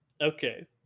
Okay